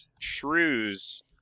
shrews